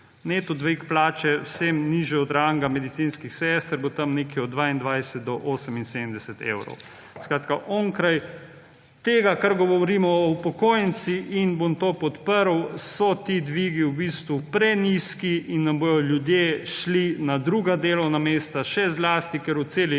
Neto dvig plače vsem nižje od ranga medicinskih sester bo tam nekje od 22 do 78 evrov. Skratka, onkraj tega, kar govorimo o upokojencih in bom to podprl, so ti dvigi v bistvu prenizki in nam bodo ljudje šli na druga delovna mesta, še zlasti, ker v celi